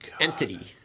entity